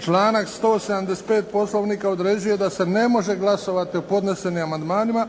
Članak 175. Poslovnika određuje da se ne može glasovati o podnesenim amandmanima